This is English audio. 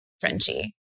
Frenchie